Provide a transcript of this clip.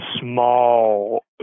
small